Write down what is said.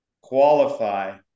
qualify